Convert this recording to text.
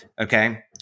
okay